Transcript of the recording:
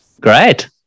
Great